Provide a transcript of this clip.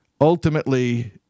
ultimately